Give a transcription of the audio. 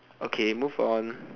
okay move on